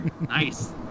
Nice